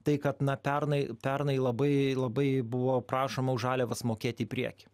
tai kad na pernai pernai labai labai buvo prašoma už žaliavas mokėti į priekį